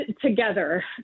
together